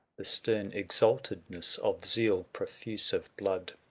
the stern exaltedness of zeal. profuse of blood,